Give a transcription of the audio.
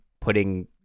putting